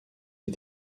des